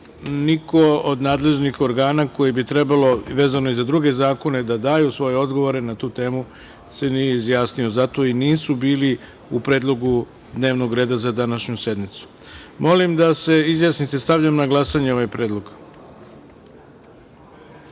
niko od nadležnih organa koji bi trebalo vezano i za druge zakone da daju odgovore na tu temu se nije izjasnio. Zato i nisu bili u predlogu dnevnog reda za današnju sednicu. Molim vas da se izjasnite. Stavljam na glasanje ovaj